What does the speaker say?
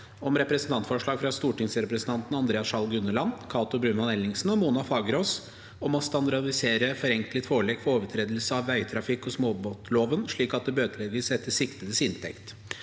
om Representantforslag fra stortingsrepresentan- tene Andreas Sjalg Unneland, Cato Brunvand Ellingsen og Mona Fagerås om å standardisere forenklet forelegg for overtredelse av vegtrafikk- og småbåtloven slik at det bøtelegges etter siktedes inntekt